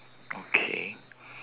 okay